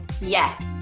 Yes